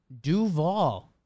Duval